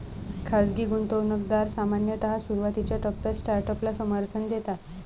खाजगी गुंतवणूकदार सामान्यतः सुरुवातीच्या टप्प्यात स्टार्टअपला समर्थन देतात